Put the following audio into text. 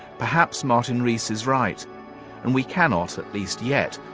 perhaps martin rees is right and we cannot, at least yet,